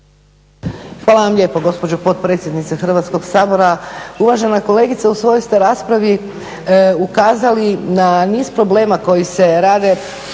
Hvala vam lijepo gospođo potpredsjednice Hrvatskog sabora. Uvažena kolegice u svojoj ste raspravi ukazali na niz problema koji se rade